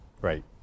Right